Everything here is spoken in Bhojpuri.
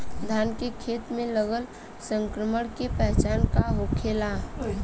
धान के खेत मे लगल संक्रमण के पहचान का होखेला?